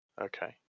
Okay